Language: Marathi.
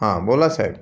हां बोला साहेब